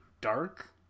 dark